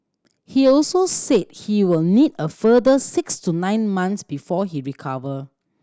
he also said he will need a further six to nine months before he recover